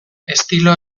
estilo